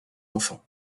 enfants